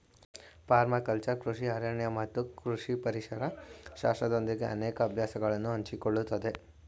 permaculture ಕೃಷಿ ಅರಣ್ಯ ಮತ್ತು ಕೃಷಿ ಪರಿಸರ ಶಾಸ್ತ್ರದೊಂದಿಗೆ ಅನೇಕ ಅಭ್ಯಾಸಗಳನ್ನು ಹಂಚಿಕೊಳ್ಳುತ್ತದೆ